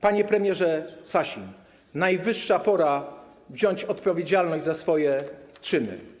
Panie premierze Sasin, najwyższa pora wziąć odpowiedzialność za swoje czyny.